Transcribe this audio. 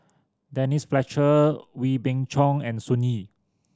Denise Fletcher Wee Beng Chong and Sun Yee